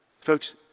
Folks